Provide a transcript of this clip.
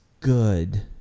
good